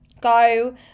go